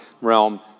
realm